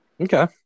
Okay